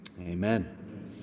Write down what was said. amen